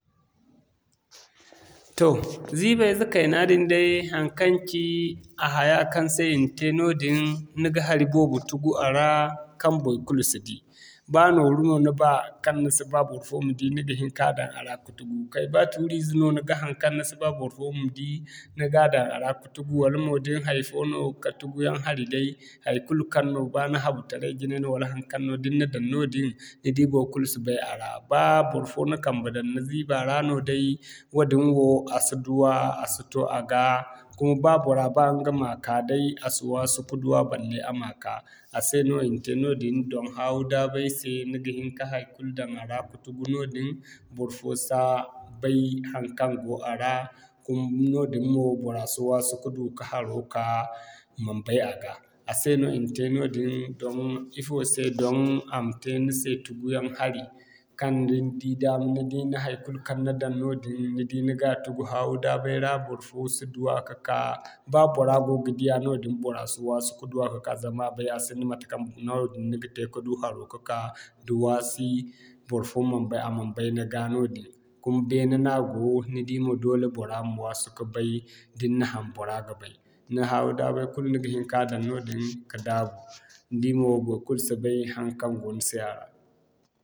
Toh ziiba ize kayna din day haŋkaŋ ci a haya kaŋ se i na te din ni ga hari boobo tugu a ra kaŋ baikulu si di. Baa nooru no ni ba kaŋ ni ba barfo ma di ni ga hin ka daŋ a ra ka tugu kay ba tuuri ize no kaŋ ni ga haŋ ni si ba barfo ma di ni ga daŋ a ra ka tugu wala mo da ni hay'fo no ka tuguyaŋ hari day haikulu kaŋ no ba ni habu taray jinay no wala haŋkaŋ no wala haŋkaŋ no da ni na daŋ noodin ni di baikulu si bay a ra. Ba barfo na kambe daŋ ni ziiba ra no day, woodin wo a si duwa, a si to a ga kuma ba bora ba ɲga ma ka day a si waasi ka duwa balle a ma ka. A se no i na te noodin don haawu-daabay se, ni ga hin ka haikulu daŋ a ra ka tugu noodin, barfo sa bay haŋkaŋ go a ra kuma noodin mo bora si waasu ka du ka haro ka i man bay a ga a se no i na te noodin don, ifo se don i ma te ni se tuguyaŋ hari kaŋ da ni di daama ni di ni haikulu kaŋ ni daŋ noodin ni di ni ga tugu haawu-daabay ra barfo si duwa ka'ka, ba bora go ga duwa noodin bora si waasi ka duwa ka'ka zama a bay a sinda matekaŋ noodin ni ga te ka du haro ka'ka da waasi. Barfo man bay a man bay ni ga noodin kuma beene no a go ni di mo doole bor ma wasu ka bay da ni na ham bora ga bay ni haawu-daabay kulu ni ga hin ka daŋ noodin ka daabu ni di mo baikulu si bay haŋkaŋ go ni se a ra.